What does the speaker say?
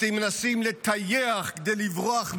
אתם מנסים לטייח כדי לברוח מאחריות,